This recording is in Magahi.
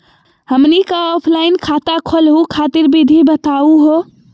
हमनी क ऑफलाइन खाता खोलहु खातिर विधि बताहु हो?